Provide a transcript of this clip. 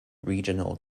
regional